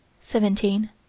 Seventeen